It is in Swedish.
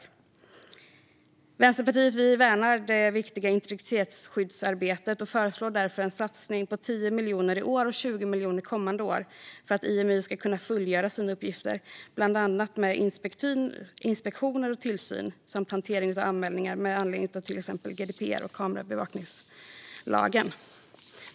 Vi i Vänsterpartiet värnar det viktiga integritetsskyddsarbetet, och vi föreslår därför en satsning på 10 miljoner i år och 20 miljoner kommande år för att Imy ska kunna fullgöra sina uppgifter, bland annat med inspektioner och tillsyn samt hantering av anmälningar med anledning av GDPR och kamerabevakningslagen.